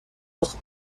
autres